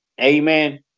Amen